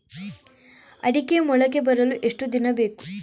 ಅಡಿಕೆ ಮೊಳಕೆ ಬರಲು ಎಷ್ಟು ದಿನ ಬೇಕು?